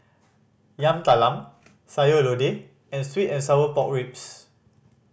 Yam Talam Sayur Lodeh and sweet and sour pork ribs